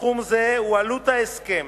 סכום זה הוא עלות ההסכם